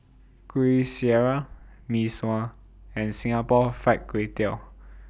Kuih Syara Mee Sua and Singapore Fried Kway Tiao